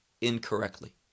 incorrectly